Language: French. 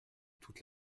toute